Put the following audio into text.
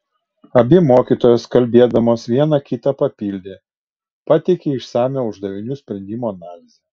abi mokytojos kalbėdamos viena kitą papildė pateikė išsamią uždavinių sprendimo analizę